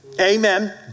Amen